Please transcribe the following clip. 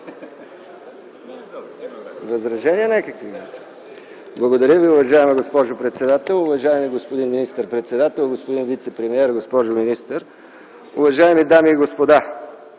МИКОВ (КБ): Благодаря Ви, уважаема госпожо председател. Уважаеми господин министър-председател, господин вицепремиер, госпожо министър, уважаеми дами и господа!